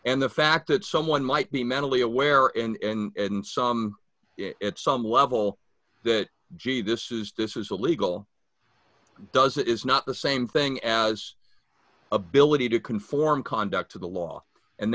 and the fact that someone might be mentally aware and some at some level that gee this is this is a legal does it is not the same thing as ability to conform conduct to the law and